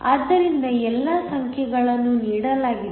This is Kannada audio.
ಆದ್ದರಿಂದ ಎಲ್ಲಾ ಸಂಖ್ಯೆಗಳನ್ನು ನೀಡಲಾಗಿದೆ